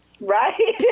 Right